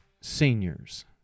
seniors